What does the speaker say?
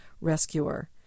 rescuer